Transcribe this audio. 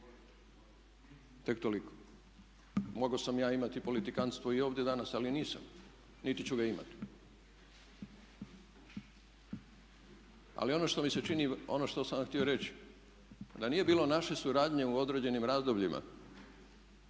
tek toliko. Mogao sam ja imati i politikantstvo i ovdje danas ali nisam niti ću ga imati. Ali ono što mi se čini, ono što sam vam htio reći da nije bilo naše suradnje u određenim razdobljima